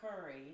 Curry